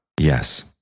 Yes